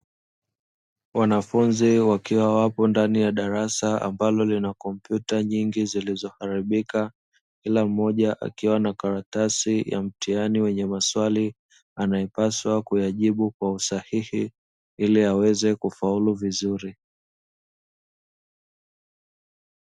Wanafunzi wakiwa wapo ndani ya darasa ambalo lina kompyuta nyingi zilizoharibika, kila mmoja akiwa na karatasi ya mtihani wenye maswali anaepaswa kuyajibu kwa usahihi ili aweze kufaulu vizuri.